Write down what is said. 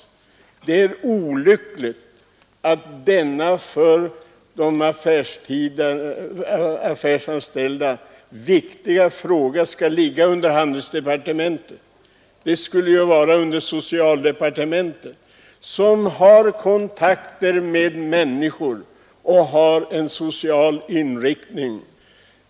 Det är olyckligt att denna för de affärsanställda så viktiga fråga skall ligga under handelsdepartementet. Den borde ju ligga under socialdepartementet, som har kontakter med människor och har en social inriktning.